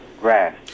grass